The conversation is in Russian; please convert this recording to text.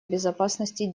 безопасности